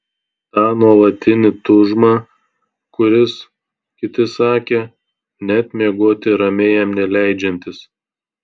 tą nuolatinį tūžmą kuris kiti sakė net miegoti ramiai jam neleidžiantis